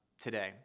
today